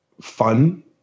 fun